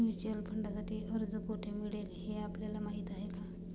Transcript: Mutual फंडांसाठी अर्ज कोठे मिळेल हे आपल्याला माहीत आहे का?